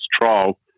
trial